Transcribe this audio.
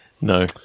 No